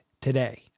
today